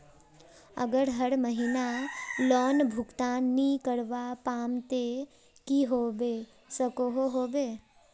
अगर हर महीना लोन भुगतान नी करवा पाम ते की होबे सकोहो होबे?